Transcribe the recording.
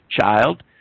child